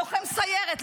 לוחם סיירת,